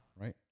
Right